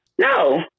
No